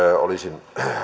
olisin